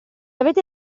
avete